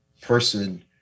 person